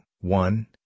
one